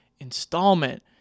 installment